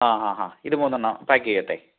ആ ആ ആ ഇത് മൂന്നെണ്ണം പാക്ക് ചെയ്യട്ടെ